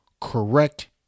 correct